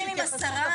יש פעוטונים עם 10,